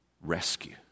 rescue